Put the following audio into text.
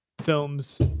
films